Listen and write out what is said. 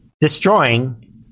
destroying